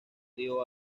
río